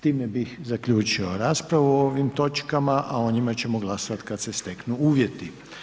Time bih zaključio raspravu o ovim točkama, a o njima ćemo glasovati kada se steknu uvjeti.